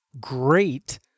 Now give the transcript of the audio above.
great